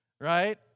right